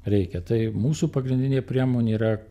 reikia tai mūsų pagrindinė priemonė yra